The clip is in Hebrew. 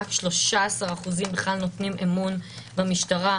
רק 13% בכלל נותנים אמון במשטרה.